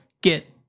get